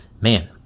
man